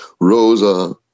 Rosa